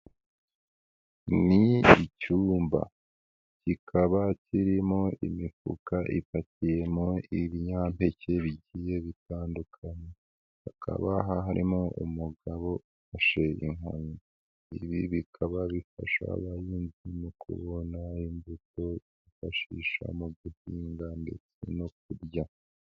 Ni icyumba. kikaba kirimo imifuka ifatiyemo ibinyampeke bigiye bitandukanye. Hakaba harimo umugabo ufashe inkoni. Ibi bikaba bifasha abahinzi mu kubona imbuto bifashisha mu guhinga ndetse no kurya.